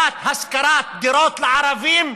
השכרת דירות לערבים,